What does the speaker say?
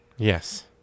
Yes